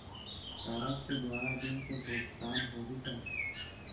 Card के द्वारा ऋण के भुगतान होही का?